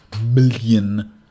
million